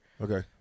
Okay